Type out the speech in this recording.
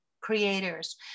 creators